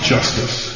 Justice